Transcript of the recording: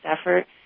effort